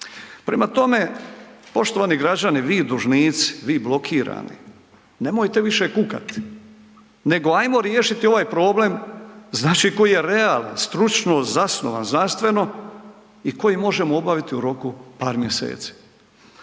Prema tome, poštovani građani, vi dužnici, vi blokirani, nemojte više kukati. Nego hajmo riješiti ovaj problem, znači koji je realan, stručno zasnovan, znanstveno i koji možemo obaviti u roku par mjeseci.